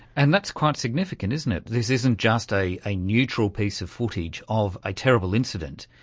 and that's quite significant, isn't it, this isn't just a a neutral piece of footage of a terrible incident,